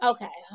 Okay